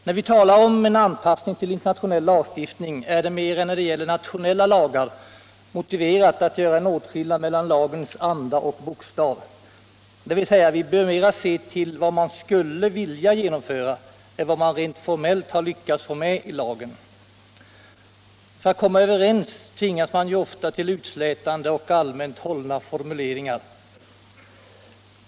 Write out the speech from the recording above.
När vi talar om en anpassning till internationell lagstiftning är det, mer än när det gäller nationella lagar, motiverat att göra en åtskillnad mellan lagens anda och bokstav — dvs. vi bör se mera till vad man skulle vilja genomföra än vad man rent formellt har lyckats få med i lagen. För att komma överens tvingas man ofta till utslätande och allmänt hållna formuleringar.